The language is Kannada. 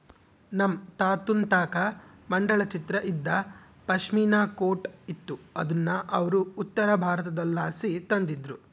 ನಮ್ ತಾತುನ್ ತಾಕ ಮಂಡಲ ಚಿತ್ರ ಇದ್ದ ಪಾಶ್ಮಿನಾ ಕೋಟ್ ಇತ್ತು ಅದುನ್ನ ಅವ್ರು ಉತ್ತರಬಾರತುದ್ಲಾಸಿ ತಂದಿದ್ರು